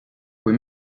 kui